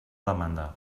demanda